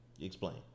Explain